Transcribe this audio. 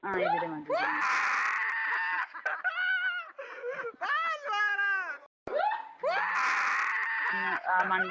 ആ എതിരെ വണ്ടിയിലിരുന്ന് നിങ്ങൾ ആ മൺഡേ